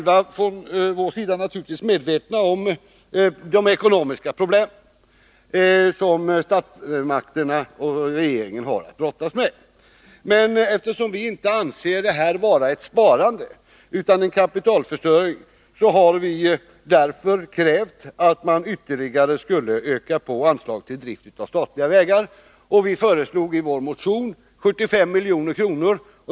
Vi på vår sida är naturligtvis medvetna om de ekonomiska problem som regeringen har att brottas med. Men eftersom vi inte anser detta vara ett sparande utan en kapitalförstöring, har vi krävt att man ytterligare skall öka anslaget till drift av statliga vägar. Vi föreslår i vår motion en höjning med 75 milj.kr.